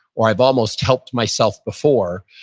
or i've almost helped myself before,